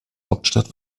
hauptstadt